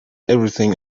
everything